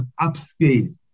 upscale